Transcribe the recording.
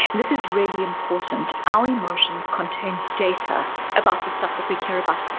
this is really important. our emotions contain data about the stuff that we care about.